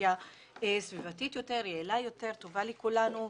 לאנרגיה סביבתית יותר, יעילה יותר, טובה לכולנו.